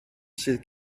sydd